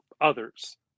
others